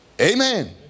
Amen